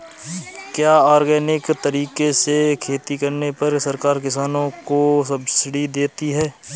क्या ऑर्गेनिक तरीके से खेती करने पर सरकार किसानों को सब्सिडी देती है?